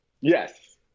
Yes